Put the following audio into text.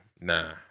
nah